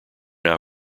now